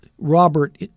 Robert